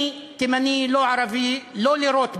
"אני תימני, לא ערבי, לא לירות בי.